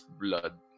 blood